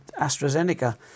AstraZeneca